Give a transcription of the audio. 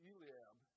Eliab